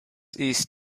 ist